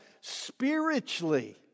spiritually